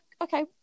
okay